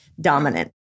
dominant